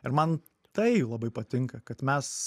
ir man tai labai patinka kad mes